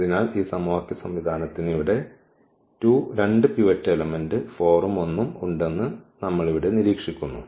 അതിനാൽ ഈ സമവാക്യ സംവിധാനത്തിന് ഇവിടെ 2 പിവറ്റ് എലമെന്റ് 4 ഉം 1 ഉം ഉണ്ടെന്ന് നമ്മൾ ഇവിടെ നിരീക്ഷിക്കുന്നു